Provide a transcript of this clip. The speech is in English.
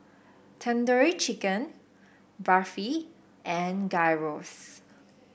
Tandoori Chicken Barfi and Gyros